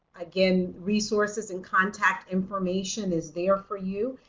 again resources and contact information is there for you.